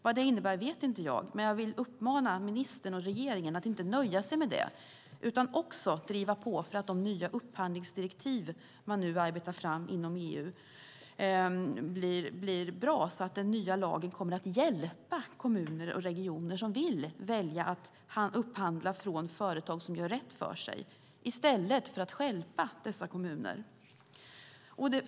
Vad det innebär vet inte jag, men jag vill uppmana ministern och regeringen att inte nöja sig med det utan driva på för att de nya upphandlingsdirektiv man nu arbetar fram inom EU ska bli bra så att den nya lagen kommer att hjälpa kommuner och regioner som vill välja att upphandla från företag som gör rätt för sig i stället för att stjälpa dessa kommuner.